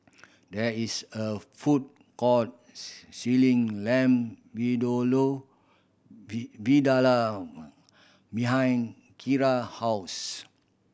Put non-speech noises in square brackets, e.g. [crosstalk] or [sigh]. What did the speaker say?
there is a food court [unintelligible] Lamb [unintelligible] Vindaloo behind Kira house